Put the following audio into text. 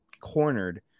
cornered